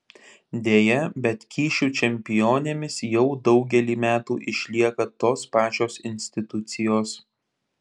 deja bet kyšių čempionėmis jau daugelį metų išlieka tos pačios institucijos